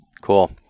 cool